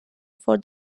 for